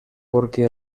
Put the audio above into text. porque